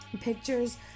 pictures